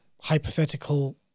hypothetical